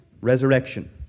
Resurrection